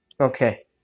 Okay